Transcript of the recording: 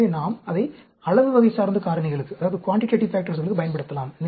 எனவே நாம் அதை அளவு வகை சார்ந்த காரணிகளுக்கு பயன்படுத்தலாம்